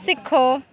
सिक्खो